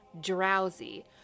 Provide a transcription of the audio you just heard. drowsy